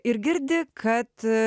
ir girdi kad